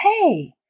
hey